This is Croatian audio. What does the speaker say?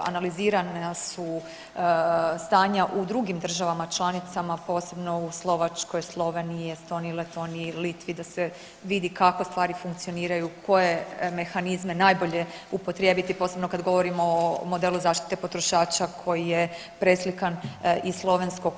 Analizirana su stanja u drugim državama članicama posebno u Slovačkoj, Sloveniji, Estoniji, Letoniji, Litvi da se vidi kako stvari funkcioniraju, koje je mehanizme najbolje upotrijebiti posebno kad govorimo o modelu zaštite potrošača koji je preslikan iz slovenskog.